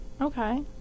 Okay